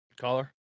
Caller